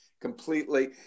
completely